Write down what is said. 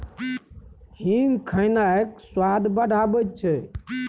हींग खेनाइक स्वाद बढ़ाबैत छै